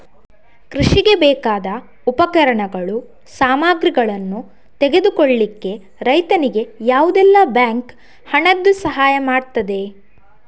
ಕೃಷಿಗೆ ಬೇಕಾದ ಉಪಕರಣಗಳು, ಸಾಮಗ್ರಿಗಳನ್ನು ತೆಗೆದುಕೊಳ್ಳಿಕ್ಕೆ ರೈತನಿಗೆ ಯಾವುದೆಲ್ಲ ಬ್ಯಾಂಕ್ ಹಣದ್ದು ಸಹಾಯ ಮಾಡ್ತದೆ?